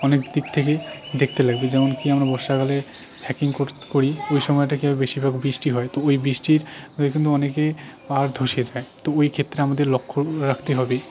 অনেক দিক থেকেই দেখতে লাগবে যেমনকি আমরা বর্ষাকালে হাইকিং করি ওই সময়টা কি হয় বেশিরভাগ বৃষ্টি হয় তো ওই বৃষ্টির ওই জন্য অনেকে পাহাড় ধসে যায় তো ওই ক্ষেত্রে আমাদের লক্ষ্য রাখতে হবে